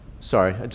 Sorry